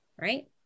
right